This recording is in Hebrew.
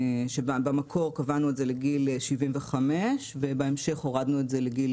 במקור קבענו את זה לגיל 75 ובהמשך הורדנו את זה לגיל